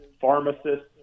pharmacists